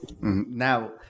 now